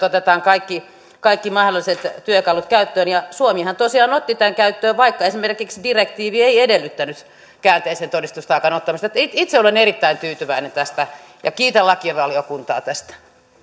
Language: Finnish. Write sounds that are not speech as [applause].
[unintelligible] otetaan kaikki kaikki mahdolliset työkalut käyttöön suomihan tosiaan otti tämän käyttöön vaikka esimerkiksi direktiivi ei edellyttänyt käänteisen todistustaakan ottamista että itse itse olen erittäin tyytyväinen tähän ja kiitän lakivaliokuntaa tästä sitten